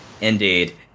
Indeed